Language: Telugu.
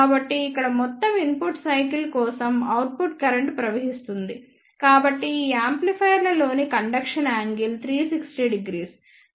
కాబట్టి ఇక్కడ మొత్తం ఇన్పుట్ సైకిల్ కోసం అవుట్పుట్ కరెంట్ ప్రవహిస్తుంది కాబట్టి ఈ యాంప్లిఫైయర్లోని కండక్షన్ యాంగిల్ 3600